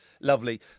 lovely